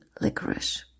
licorice